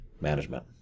management